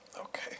Okay